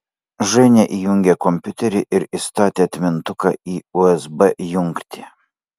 ženia įjungė kompiuterį ir įstatė atmintuką į usb jungtį